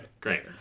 Great